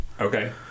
okay